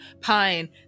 Pine